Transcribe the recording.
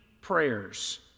prayers